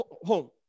home